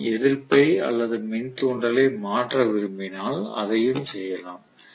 நான் எதிர்ப்பை அல்லது மின்தூண்டலை மாற்ற விரும்பினால் அதையும் செய்யலாம்